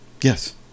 Yes